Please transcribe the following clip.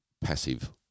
passive